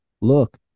look